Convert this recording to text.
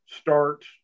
start